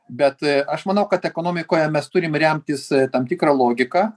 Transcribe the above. bet aš manau kad ekonomikoje mes turim remtis tam tikra logika